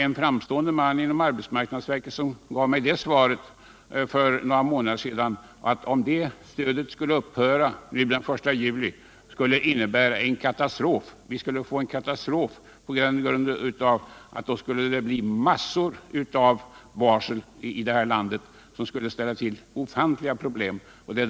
En framstående man inom arbetsmarknadsverket sade för några månader sedan till mig att om det stödet skulle upphöra den 1 juli skulle det innebära en katastrof — då skulle det bli massor av varsel som skulle ställa till ofantliga problem.